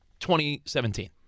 2017